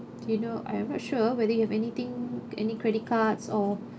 you know I'm not sure whether you have anything any credit cards or